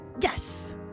Yes